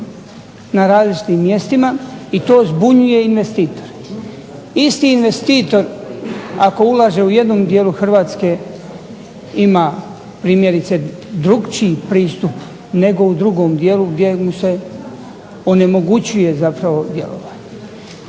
na različitim mjestima i to zbunjuje investitore. Isti investitor ako ulaže u jednom dijelu Hrvatske ima primjerice drukčiji pristup nego u drugom dijelu gdje mu se onemogućuje zapravo djelovanje.